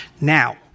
Now